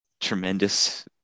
tremendous